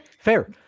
Fair